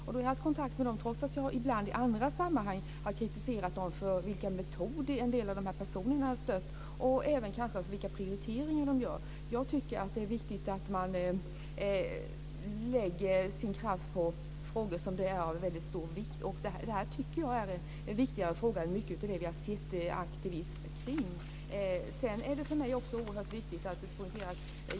Jag har haft kontakt med dem, trots att jag ibland i andra sammanhang har kritiserat dem för de metoder som en del personer i dessa organisationer har stött och för de prioriteringar som de gör. Jag tycker att det är viktigt att man lägger sin kraft på frågor som är av mycket stor vikt, och jag tycker att detta är en viktigare fråga än mycket av det som vi har sett aktivism kring. Det är oerhört viktigt för mig att det fungerar.